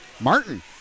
Martin